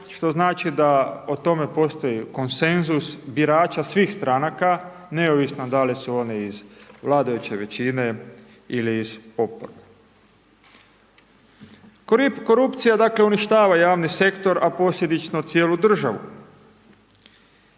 što znači da o tome postoji konsenzus birača svih stranaka neovisno da li su oni iz vladajuće većine, ili iz oporbe. Korupcija dakle uništava javni sektor a posljedično cijelu državu.